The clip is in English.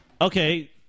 okay